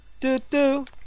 Do-do